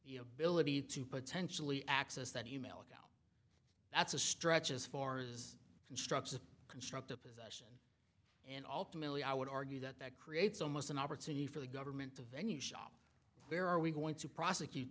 the ability to potentially access that e mail account that's a stretch as far as constructive constructive possession and ultimately i would argue that that creates almost an opportunity for the government to venue shop where are we going to prosecute